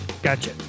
Gotcha